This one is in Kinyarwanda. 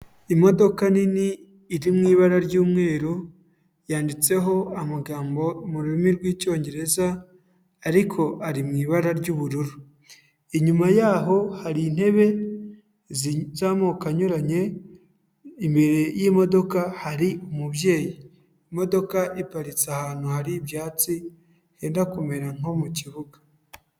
Imodoka nini iri mu ibara ry'umweru, yanditseho amagambo mu rurimi rw'icyongereza, ariko ari mu ibara ry'ubururu, inyuma y'aho hari intebe z'amoko anyuranye, imbere y'imodoka hari umubyeyi, imodoka iparitse ahantu hari ibyatsi henda kumera nko mu kibuga.